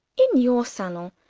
in your salon,